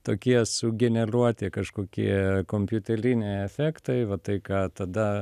tokie sugeneruoti kažkokie kompiuteliniai efektai va tai ką tada